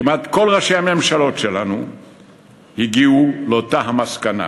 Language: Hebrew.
כמעט כל ראשי הממשלות שלנו הגיעו לאותה המסקנה.